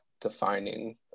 defining